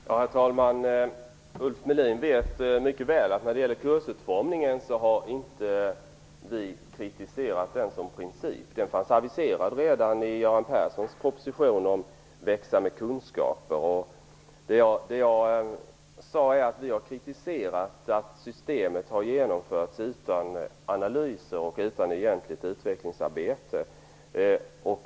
Herr talman! Ulf Melin vet mycket väl att vi socialdemokrater inte har kritiserat kursutformingen som princip. Den fanns aviserad redan i Göran Perssons proposition om "växa med kunskaper". Jag sade att vi kritiserat att systemet genomförts utan analyser och utan egentligt utvecklingsarbete.